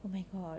oh my god